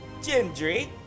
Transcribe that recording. Gendry